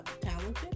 talented